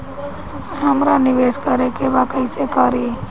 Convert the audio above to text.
हमरा निवेश करे के बा कईसे करी?